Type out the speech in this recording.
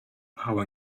power